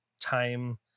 time